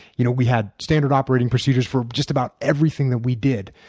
you know we had standard operation procedures for just about everything that we did.